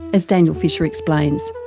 as daniel fisher explains.